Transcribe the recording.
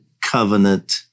covenant